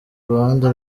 ruhande